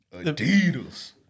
Adidas